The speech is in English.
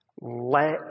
let